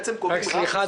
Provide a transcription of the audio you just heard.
קובעים --- סליחה.